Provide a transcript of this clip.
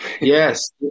Yes